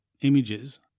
images